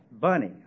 Bunny